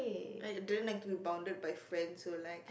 I don't like to be bounded by friends so like